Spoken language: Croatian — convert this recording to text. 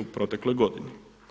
u protekloj godini.